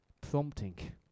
prompting